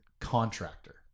contractor